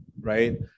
right